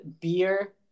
beer